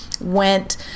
went